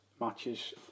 matches